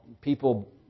people